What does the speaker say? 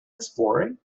exploring